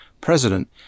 president